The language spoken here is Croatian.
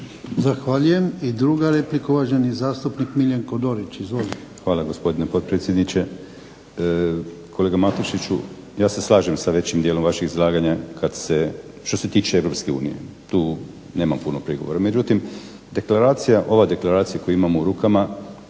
Zahvaljujem. I druga replika, uvaženi zastupnik Miljenko Dorić.